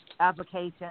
Application